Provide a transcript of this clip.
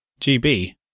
GB